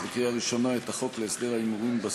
פה,